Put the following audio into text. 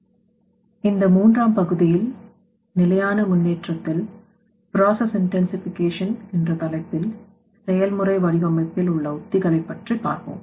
எனவே இந்த மூன்றாம் பகுதியில் நிலையான முன்னேற்றத்தில் பிராசஸ் இன்டன்சிஃபிகேஷன் என்ற தலைப்பில் செயல்முறை வடிவமைப்பில் உள்ள உத்திகளைப் பற்றி பார்ப்போம்